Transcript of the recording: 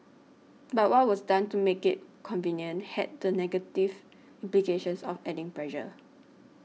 but what was done to make it convenient had the negative implications of adding pressure